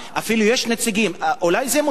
אולי זה מודל למדינת ישראל, אני חושב.